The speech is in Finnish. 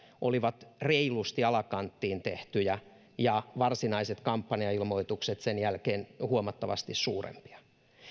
olivat reilusti alakanttiin tehtyjä ja varsinaiset kampanjailmoitukset sen jälkeen huomattavasti suurempia